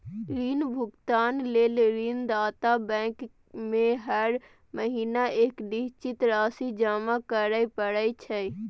ऋण भुगतान लेल ऋणदाता बैंक में हर महीना एक निश्चित राशि जमा करय पड़ै छै